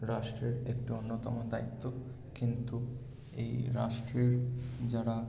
রাষ্ট্রের একটি অন্যতম দায়িত্ব কিন্তু এই রাষ্ট্রের যারা